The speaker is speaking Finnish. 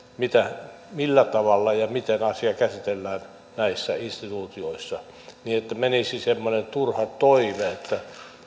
mitä millä tavalla ja miten asiat käsitellään näissä instituutioissa niin että menisi semmoinen turha toive että